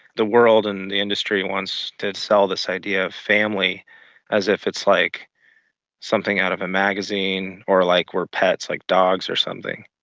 the world and the industry wants to sell this idea of family as if it's like something out of a magazine or like we're pets like dogs or something.